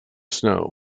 snow